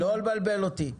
לא לבלבל אותי.